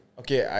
okay